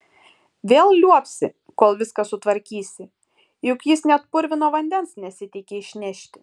vėl liuobsi kol viską sutvarkysi juk jis net purvino vandens nesiteikia išnešti